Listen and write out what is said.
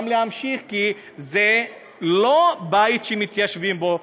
כי זה לא בית שמתיישבים בו,